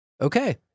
Okay